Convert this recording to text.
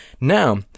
now